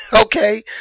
okay